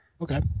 Okay